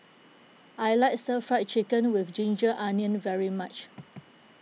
I like Stir Fried Chicken with Ginger Onions very much